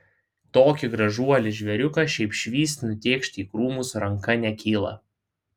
tokį gražuolį žvėriuką šiaip švyst nutėkšti į krūmus ranka nekyla